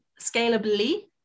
scalably